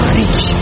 rich